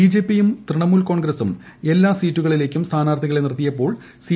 ബിജെപിയും തൃണമൂൽ കോൺഗ്രസും എല്ലാ സീറ്റുകളിലേക്കും സ്ഥാനാർത്ഥികളെ നിർത്തിയപ്പോൾ സി